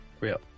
real